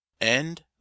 End